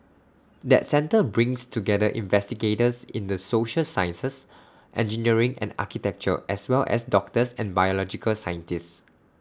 that centre brings together investigators in the social sciences engineering and architecture as well as doctors and biological scientists